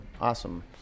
Awesome